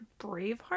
Braveheart